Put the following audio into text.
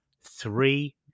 three